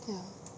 ya